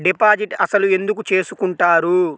Deposit అసలు ఎందుకు చేసుకుంటారు?